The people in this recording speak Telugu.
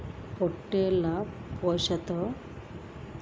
పొట్టెళ్ల పోషణలో ఉత్తమమైన దాణా ఏది?